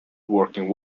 working